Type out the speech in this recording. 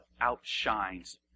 outshines